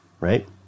right